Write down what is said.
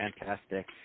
Fantastic